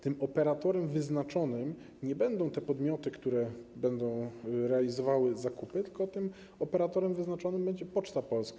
Tym operatorem wyznaczonym nie będą te podmioty, które będą realizowały zakupy, tylko tym operatorem wyznaczonym będzie Poczta Polska.